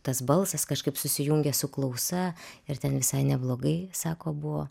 tas balsas kažkaip susijungė su klausa ir ten visai neblogai sako buvo